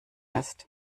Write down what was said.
ist